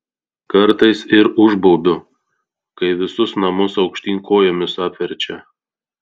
kartais ir užbaubiu kai visus namus aukštyn kojomis apverčia